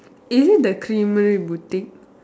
is it the Creamery boutique